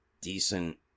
decent